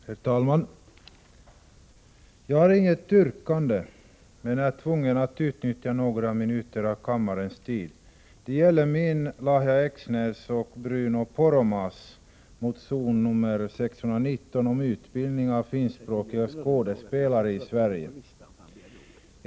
Herr talman! Jag har inget yrkande men är tvungen att utnyttja några minuter av kammarens tid. Det gäller min, Lahja Exners och Bruno Poromaas motion 619 om utbildning av finskspråkiga skådespelare i Sverige.